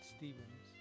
Stevens